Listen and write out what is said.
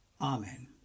Amen